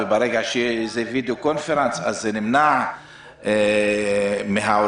וברגע שזה וידיאו-קונפרנס נמנע מעורך